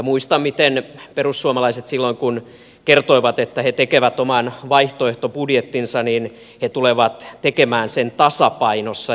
muistan miten perussuomalaiset silloin kun kertoivat että he tekevät oman vaihtoehtobudjettinsa kertoivat että he tulevat tekemään sen tasapainossa